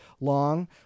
long